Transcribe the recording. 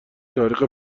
تاریخ